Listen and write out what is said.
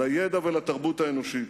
לידע ולתרבות האנושית.